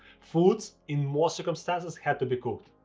foods in most circumstances, had to be cooked.